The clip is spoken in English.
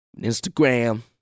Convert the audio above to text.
Instagram